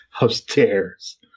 upstairs